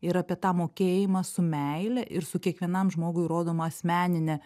ir apie tą mokėjimą su meile ir su kiekvienam žmogui rodoma asmenine